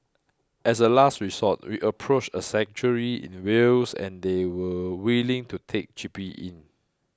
as a last resort we approached a sanctuary in Wales and they were willing to take Chippy in